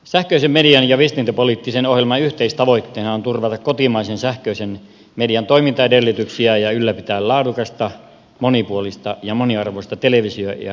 sähköisen median ja viestintäpoliittisen ohjelman yhteistavoitteena on turvata kotimaisen sähköisen median toimintaedellytyksiä ja ylläpitää laadukasta monipuolista ja moniarvoista televisio ja radiotarjontaa